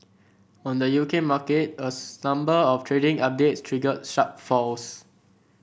on the U K market a number of trading updates triggered sharp falls